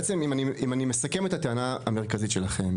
בעצם אם אני מסכם את הטענה המרכזית שלכם,